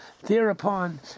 Thereupon